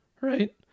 right